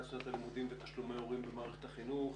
שנת הלימודים ותשלומי הורים במערכת החינוך.